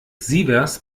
sievers